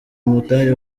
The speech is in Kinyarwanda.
umudari